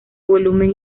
volumen